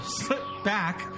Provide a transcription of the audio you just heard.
slip-back